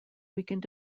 weakened